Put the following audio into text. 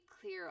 clear